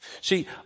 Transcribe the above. See